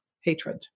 hatred